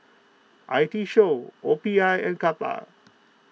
I T show O P I and Kappa